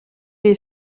est